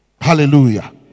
Hallelujah